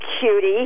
cutie